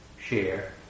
share